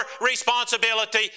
responsibility